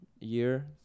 year